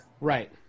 Right